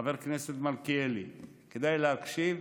חבר הכנסת מלכיאלי, כדאי להקשיב,